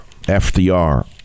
fdr